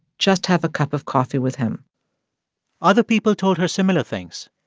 just have a cup of coffee with him other people told her similar things.